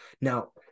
Now